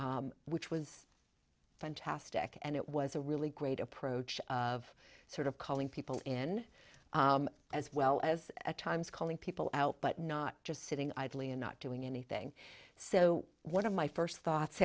which was fantastic and it was a really great approach of sort of calling people in as well as at times calling people out but not just sitting idly and not doing anything so one of my first thoughts